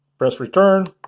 press return,